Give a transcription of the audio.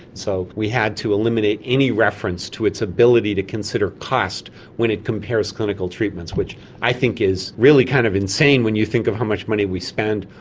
so we had to eliminate any reference to its ability to consider cost when it compares clinical treatments, which i think is really kind of insane when you think of how much money we spend,